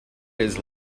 his